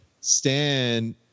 Stan